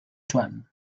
joan